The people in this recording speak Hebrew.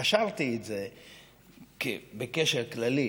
קשרתי את זה בקשר כללי.